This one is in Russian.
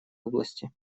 области